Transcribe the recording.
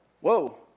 Whoa